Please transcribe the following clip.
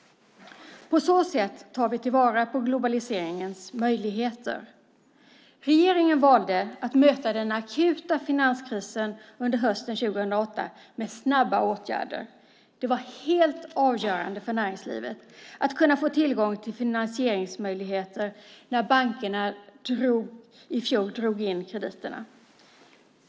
På så sätt tar vi vara på globaliseringens möjligheter. Regeringen valde att hösten 2008 möta den akuta finanskrisen med snabba åtgärder. Det var helt avgörande för näringslivet att kunna få möjligheter till finansiering när bankerna i fjol drog in krediterna.